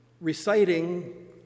reciting